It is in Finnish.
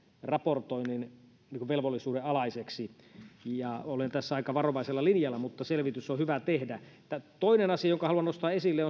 raportointivelvollisuuden alaiseksi olen tässä aika varovaisella linjalla mutta selvitys on hyvä tehdä toinen asia jonka haluan nostaa esille